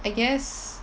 I guess